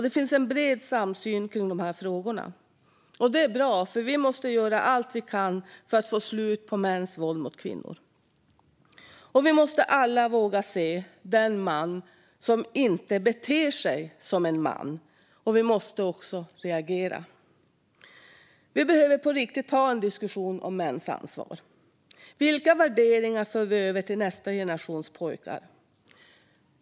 Det finns en bred samsyn kring dessa frågor. Det är bra, för vi måste göra allt vi kan för att få slut på mäns våld mot kvinnor. Vi måste alla våga se den man som inte beter sig som en man, och vi måste också reagera. Vi behöver på riktigt ha en diskussion om mäns ansvar. Vilka värderingar för vi över till nästa generations pojkar?